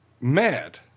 Mad